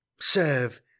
Serve